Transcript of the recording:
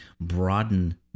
broaden